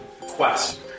quest